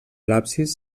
l’absis